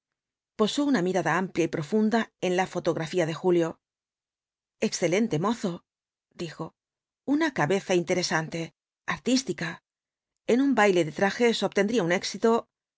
posó una mirada amplia y profunda en la fotografía de julio excelente mozo dijo una cabeza interesante artística en un baile de trajes obtendría un éxito